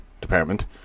Department